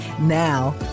Now